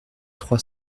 trois